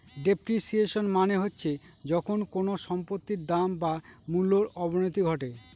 depreciation মানে হচ্ছে যখন কোনো সম্পত্তির দাম বা মূল্যর অবনতি ঘটে